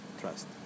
trust